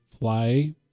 fly